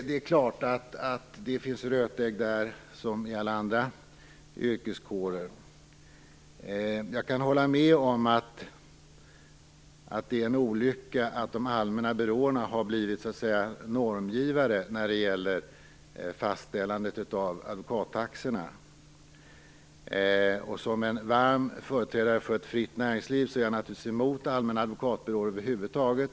Det är klart att det finns rötägg där liksom i alla andra yrkeskårer. Jag kan hålla med om att det är en olycka att de allmänna byråerna så att säga har blivit normgivare när det gäller fastställande av advokattaxor. Som en hängiven företrädare för ett fritt näringsliv är jag naturligtvis emot allmänna advokatbyråer över huvud taget.